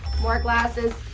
more glasses.